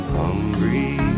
hungry